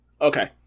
Okay